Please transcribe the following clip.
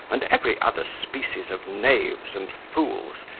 and every other species of knaves and fools,